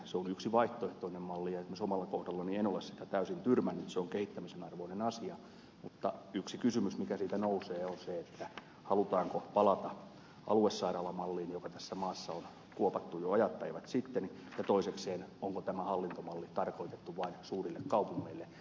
se on yksi vaihtoehtoinen malli ja esimerkiksi omalla kohdallani en ole sitä täysin tyrmännyt se on kehittämisen arvoinen asia mutta yksi kysymys mikä siitä nousee on se halutaanko palata aluesairaalamalliin joka tässä maassa on kuopattu jo ajat päivät sitten ja toisekseen onko tämä hallintomalli tarkoitettu vain suurille kaupungeille